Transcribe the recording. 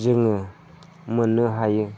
जोङो मोननो हायो